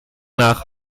nach